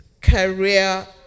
career